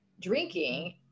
drinking